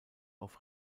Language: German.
auf